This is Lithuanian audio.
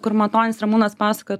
kur matonis ramūnas pasakojo